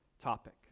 topic